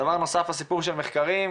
לגבי המחקרים,